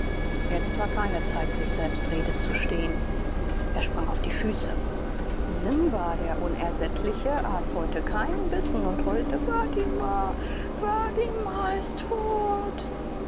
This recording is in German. jetzt war keine zeit sich selbst rede zu stehen er sprang auf die füße simba der unersättliche aß heute keinen bissen und heulte fatima fatima ist ffortt